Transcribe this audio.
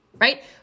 right